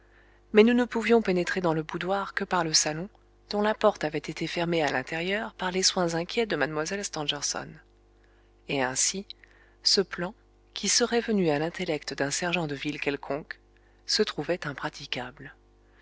mais nous ne pouvions pénétrer dans le boudoir que par le salon dont la porte avait été fermée à l'intérieur par les soins inquiets de mlle stangerson et ainsi ce plan qui serait venu à l'intellect d'un sergent de ville quelconque se trouvait impraticable